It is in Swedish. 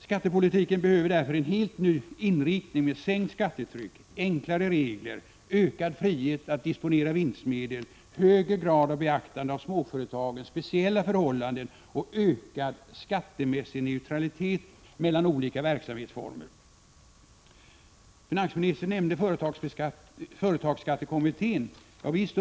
Skattepolitiken behöver därför en helt ny inriktning med sänkt skattetryck, enklare regler, ökad frihet att disponera vinstmedel, högre grad av beaktande av småföretagens speciella förhållanden och ökad skattemässig neutralitet mellan olika verksamhetsformer. Finansministern nämner företagsskattekommittén.